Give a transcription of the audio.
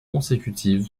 consécutive